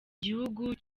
gihugu